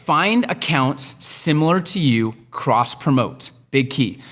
find accounts similar to you, cross promote, big key.